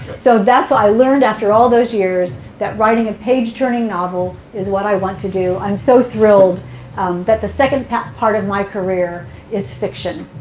so that's what i learned after all those years, that writing a page-turning novel is what i want to do. i'm so thrilled that the second part of my career is fiction.